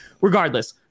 Regardless